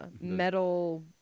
metal